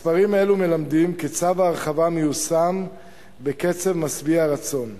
מספרים אלה מלמדים כי צו ההרחבה מיושם בקצב משביע רצון.